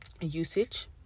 usage